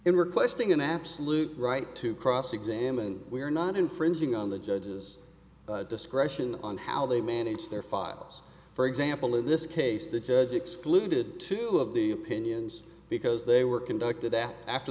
him requesting an absolute right to cross examine we are not infringing on the judge's discretion on how they manage their files for example in this case the judge excluded two of the opinions because they were conducted at after